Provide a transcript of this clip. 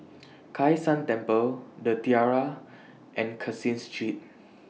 Kai San Temple The Tiara and Caseen Street